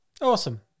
Awesome